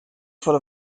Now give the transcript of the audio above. full